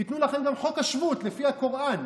ייתנו לכם גם חוק השבות לפי הקוראן.